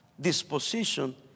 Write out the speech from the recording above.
disposition